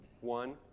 One